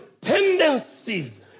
tendencies